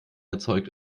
erzeugt